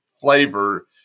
flavor